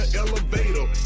elevator